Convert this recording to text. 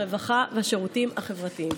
הרווחה והשירותים החברתיים.